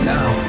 Now